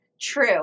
true